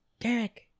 Derek